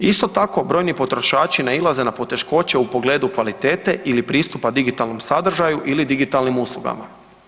Isto tako brojni potrošači nailaze na poteškoće u pogledu kvalitete ili pristupa digitalnom sadržaju ili digitalnim uslugama.